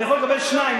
אני יכול לקבל 2%,